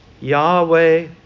Yahweh